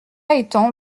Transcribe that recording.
étant